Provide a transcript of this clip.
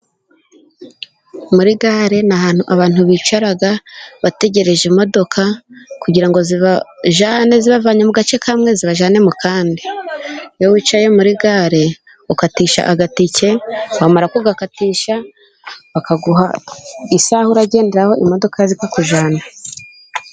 Muri gare ni ahantu abantu bicara bategereje imodoka kugira ngo zibajyane zibavanye mu gace kamwe zibajyane mu kandi. Iyo wicaye muri gare ukatisha agatike wamara kugakatisha bakaguha isaha uragenderaho imodoka zikakujyana.